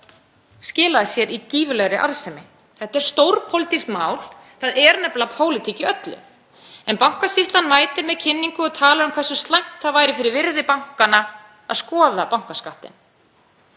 skilaði sér í gífurlegri arðsemi. Þetta er stórpólitískt mál. Það er nefnilega pólitík í öllu. En Bankasýslan mætir með kynningu og talar um hversu slæmt það væri fyrir virði bankanna að skoða bankaskattinn.